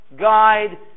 guide